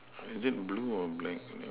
is it blue or black